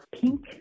pink